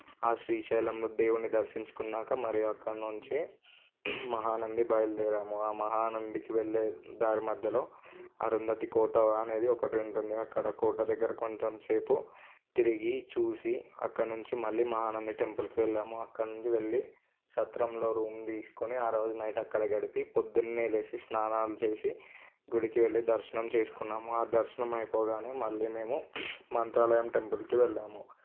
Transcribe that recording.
ఆ శ్రీశైలంలో దేవుని దర్శించుకున్నాక మరియు అక్కడ నుంచి మహానంది బయలుదేరాం మహానందికి వెళ్ళే దారి మధ్యలో అరుంధతి కోట అనేది ఒకటి ఉంటుంది అక్కడ కోట దగ్గర కొంచెం సేపు తిరిగి చూసి అక్కడ నుంచి మళ్ళీ మహానంది టెంపుల్కి వెళ్ళాము అక్కడినుంచి వెళ్ళీ సత్రంలో రూమ్ తీసుకుని ఆరోజు నైట్ అక్కడ గడిపి పొద్దున్నే లేచి స్నానాలు చేసి గుడికి వెళ్ళి దర్శనం చేసుకున్నాము ఆ దర్శనం అయిపోగానే మళ్ళీ మేము మంత్రాలయం టెంపుల్కి వెళ్ళాము